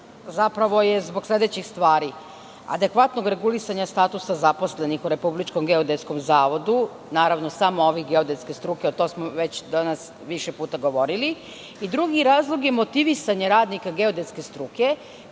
zapravo zbog sledećih stvari - adekvatnog regulisanja statusa zaposlenih u Republičkom geodetskom zavodu, naravno, samo ovih geodetske struke, a to smo već danas više puta govorili i drugi razlog je motivisanje radnika geodetske struke